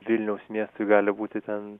vilniaus miestui gali būti ten